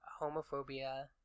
homophobia